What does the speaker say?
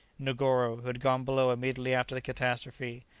negoro, who had gone below immediately after the catastrophe,